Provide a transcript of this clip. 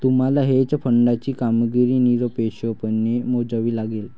तुम्हाला हेज फंडाची कामगिरी निरपेक्षपणे मोजावी लागेल